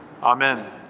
Amen